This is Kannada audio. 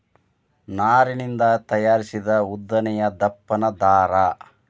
ನಾರಿನಿಂದ ತಯಾರಿಸಿದ ಉದ್ದನೆಯ ದಪ್ಪನ ದಾರಾ